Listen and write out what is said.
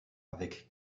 avec